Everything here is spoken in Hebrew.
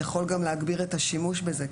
יכול גם להגביר את השימוש בזה,